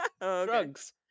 Drugs